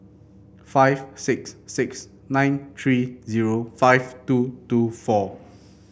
five six six nine three zero five two two four